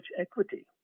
equity